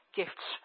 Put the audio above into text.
gifts